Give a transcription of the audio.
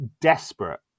desperate